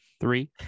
Three